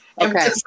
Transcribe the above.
Okay